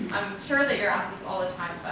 sure that you're asked this all the time,